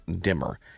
dimmer